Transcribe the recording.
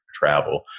travel